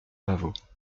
pavot